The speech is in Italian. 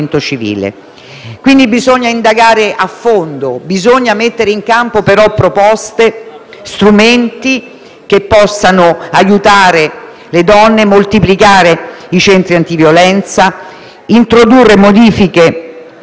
Quindi bisogna indagare a fondo, bisogna mettere in campo proposte e strumenti che possano aiutare le donne, moltiplicare i centri antiviolenza, introdurre modifiche